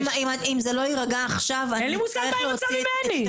אין לי מושג מה היא רוצה ממני.